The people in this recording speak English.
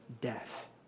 death